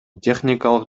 техникалык